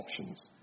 options